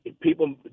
People